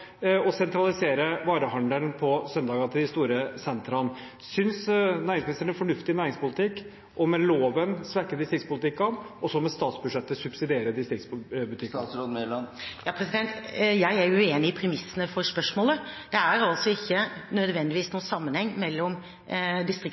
og sentralisere varehandelen på søndager til de store sentraene. Synes næringsministeren det er fornuftig næringspolitikk med loven å svekke distriktsbutikkene og så med statsbudsjettet å subsidiere distriktsbutikkene? Jeg er uenig i premissene for spørsmålet. Det er ikke nødvendigvis noen sammenheng mellom